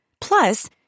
Plus